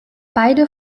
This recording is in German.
beide